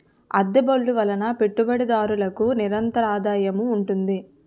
అద్దె బళ్ళు వలన పెట్టుబడిదారులకు నిరంతరాదాయం ఉంటుంది